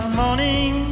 morning